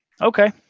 Okay